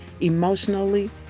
emotionally